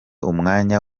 umwanya